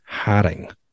Haring